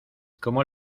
cómo